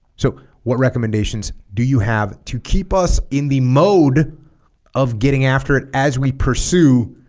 so what recommendations do you have to keep us in the mode of getting after it as we pursue